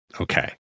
Okay